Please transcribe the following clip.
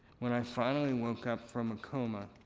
when i finally woke up from a coma,